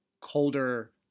colder